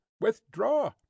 withdraw